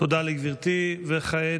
תודה לגברתי, וכעת,